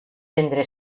vendre